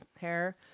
hair